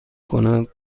کند